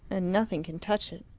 and nothing can touch it.